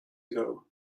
ago